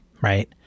right